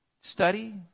study